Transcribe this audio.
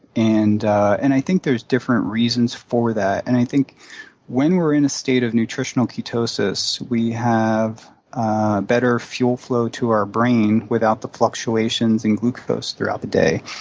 and and i think there's different reasons for that, and i think when we're in a state of nutritional ketosis, we have ah better fuel flow to our brain without the fluctuations in glucose throughout the day.